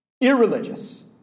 Irreligious